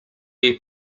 jej